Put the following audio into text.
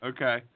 Okay